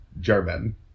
german